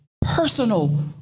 personal